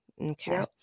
Okay